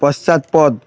পশ্চাৎপদ